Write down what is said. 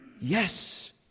Yes